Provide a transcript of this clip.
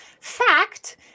fact